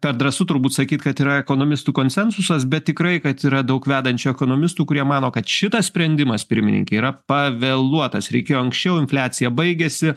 per drąsu turbūt sakyt kad yra ekonomistų konsensusas bet tikrai kad yra daug vedančių ekonomistų kurie mano kad šitas sprendimas pirmininke yra pavėluotas reikėjo anksčiau infliacija baigiasi